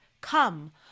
Come